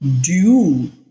due